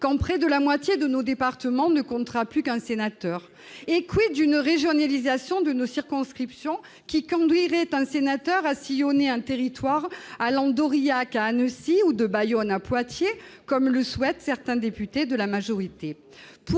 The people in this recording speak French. quand près de la moitié de nos départements ne compteront plus qu'un sénateur ? Et d'une régionalisation de nos circonscriptions, qui conduirait un sénateur à sillonner un territoire allant d'Aurillac à Annecy ou de Bayonne à Poitiers, comme le souhaitent certains députés de la majorité